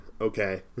Okay